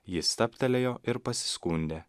ji stabtelėjo ir pasiskundė